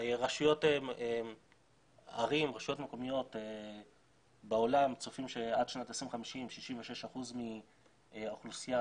רשויות מקומיות בעולם צופים שעד שנת 2050 66% מהאוכלוסייה